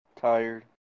Tired